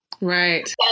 right